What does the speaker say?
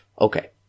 Okay